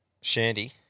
Shandy